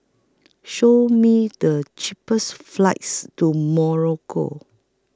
Show Me The cheapest flights to Morocco